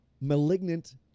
malignant